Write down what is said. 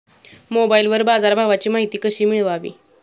मोबाइलवर बाजारभावाची माहिती कशी मिळवावी?